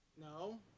No